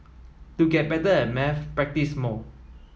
to get better at maths practise more